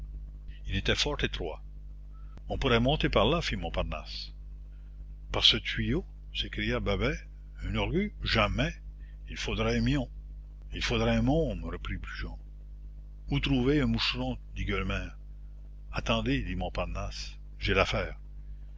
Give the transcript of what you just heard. il était fort étroit on pourrait monter par là fit montparnasse par ce tuyau s'écria babet un orgue jamais il faudrait un mion il faudrait un môme reprit brujon où trouver un moucheron dit gueulemer attendez dit montparnasse j'ai l'affaire